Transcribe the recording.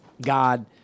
God